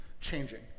changing